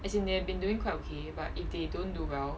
as in they have been doing quite okay but if they don't do well